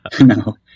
No